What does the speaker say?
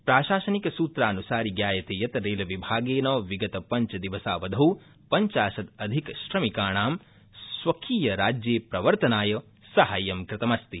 प्राशासनिकसूत्रान्सारि ज्ञायते यत रेलविभागेन विगतपञ्चदिवसावधौ पञ्चाशतादधिक श्रमिकाणा स्वकीयराज्ये प्रवर्तनाय साहाय्य कृतमृ अस्ति